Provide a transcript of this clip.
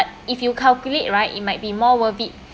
but if you calculate right it might be more worth it